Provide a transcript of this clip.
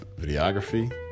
videography